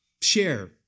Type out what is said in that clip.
share